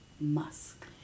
musk